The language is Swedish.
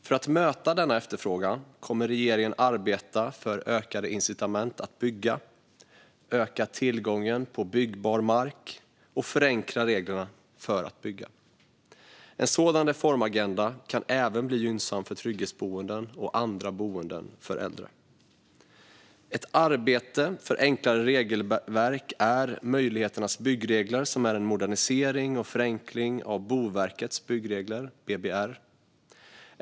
För att möta denna efterfrågan kommer regeringen att arbeta för ökade incitament att bygga, öka tillgången på byggbar mark och förenkla reglerna för att bygga. En sådan reformagenda kan även bli gynnsam för trygghetsboenden och andra boenden för äldre. Ett arbete för enklare regelverk är Möjligheternas byggregler, som är en modernisering och förenkling av Boverkets byggregler, BBR.